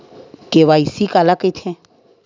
KYC काला कइथे?